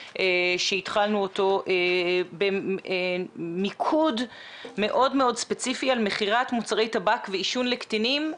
שהתחלנו אותו במיקוד מאוד ספציפי על מכירת מוצרי טבק ועישון לקטינים,